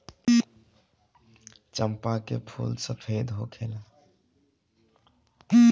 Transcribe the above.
चंपा के फूल सफेद होखेला